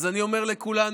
אז אני אומר לכולנו,